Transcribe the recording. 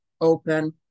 open